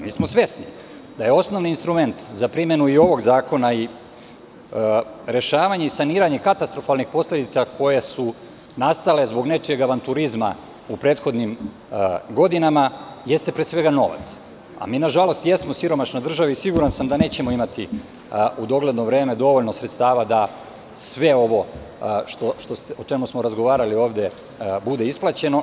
Mi smo svesni da je osnovni instrument za primenu i ovog zakona rešavanje i saniranje katastrofalnih posledica koje su nastale zbog nečije avanturizma u prethodnim godinama, jeste pre svega novac, a mi nažalost, smo siromašna država, i siguran sam da nećemo u dogledno vreme dovoljno imati sredstava da sve ovo o čemu smo razgovarali ovde, bude isplaćeno.